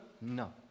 no